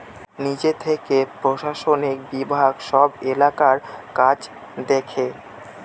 নিজে থেকে প্রশাসনিক বিভাগ সব এলাকার কাজ দেখে